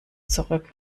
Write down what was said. zurück